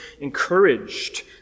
encouraged